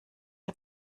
die